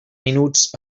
minuts